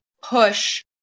push